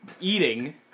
Eating